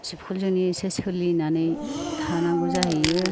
दमखलजोंनो एसे सोलिनानै थानांगौ जाहैयो